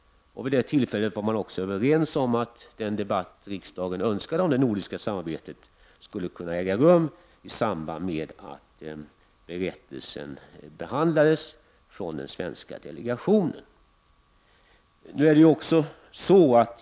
Vid det tillfället var man också överens om att den debatt riksdagen önskade om det nordiska samarbetet skulle kunna äga rum i samband med att berättelsen från den svenska delegationen behandlades.